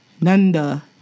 Nanda